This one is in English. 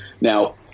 Now